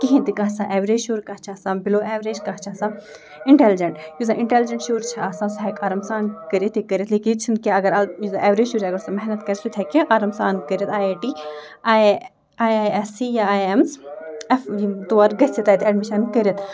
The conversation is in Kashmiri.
کِہیٖنۍ تہِ کانٛہہ چھِ آسان اٮ۪وریج شُر کانٛہہ چھِ آسان بِلو اٮ۪وریج کانٛہہ چھِ آسان اِنٹیلِجَنٛٹ یُس زَن اِنٹیلِجَنٛٹ شُر چھِ آسان سُہ ہیٚکہِ آرام سان کٔرِتھ یہِ کٔرِتھ لیکِن چھِنہٕ اگر اَکھ یُس زَن اٮ۪وریج شُر اگر سُہ محنت کَرِ سُہ ہیٚکہِ آرام سان کٔرِتھ I I T I I I I S C یا آی آی اٮ۪مٕز اٮ۪ف یِم تور گٔژھِتھ تَتہِ اٮ۪ڈمِشَن کٔرِتھ